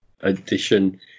edition